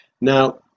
now